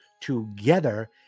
together